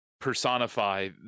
personify